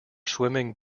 swimming